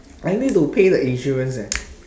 I need to pay the insurance eh